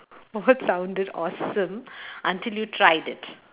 what sounded awesome until you tried it